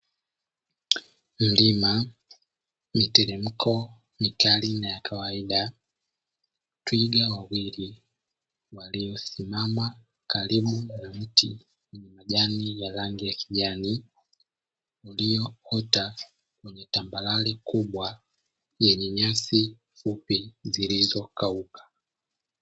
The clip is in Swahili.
Milima, miteremko mikali na ya kawaida, twiga wawili waliosimama karibu na mti wenye majani ya rangi ya kijani; ulioota kwenye tambarare kubwa yenye nyasi fupi zilizokauka.